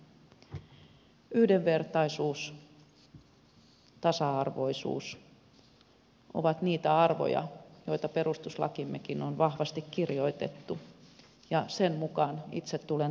yhdenvertaisuus ja tasa arvoisuus ovat niitä arvoja joita perustuslakiimmekin on vahvasti kirjoitettu ja sen mukaan itse tulen toimimaan